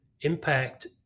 impact